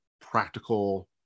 practical